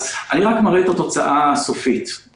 אני רק מראה את התוצאה הסופית.